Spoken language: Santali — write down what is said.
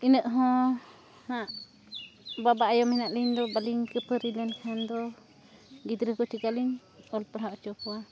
ᱤᱱᱟᱹᱜ ᱦᱚᱸ ᱦᱟᱸᱜ ᱵᱟᱵᱟᱜ ᱟᱭᱳ ᱢᱮᱱᱟᱜ ᱞᱤᱧ ᱫᱚ ᱵᱟᱞᱤᱧ ᱠᱟᱹᱯᱷᱟᱹᱨᱤ ᱞᱮᱱᱠᱷᱟᱱ ᱫᱚ ᱜᱤᱫᱽᱨᱟᱹ ᱠᱚ ᱪᱤᱠᱟᱹᱞᱤᱧ ᱚᱞ ᱯᱟᱲᱦᱟᱣ ᱚᱪᱚ ᱠᱚᱣᱟ